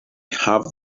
have